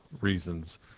reasons